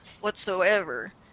whatsoever